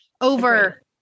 over